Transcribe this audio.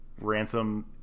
Ransom